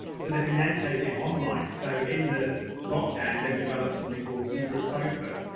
so they can then take it online. so in the lockdown, they've developed something called secret sofa.